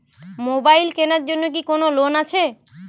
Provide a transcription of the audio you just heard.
Mobile কেনার জন্য কি কোন লোন আছে?